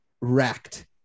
wrecked